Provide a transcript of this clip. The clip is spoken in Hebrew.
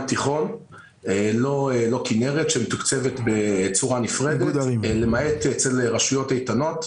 תיכון - לא כנרת שמתוקצבת בצורה נפרדת - למעט אצל רשויות איתנות.